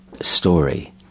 story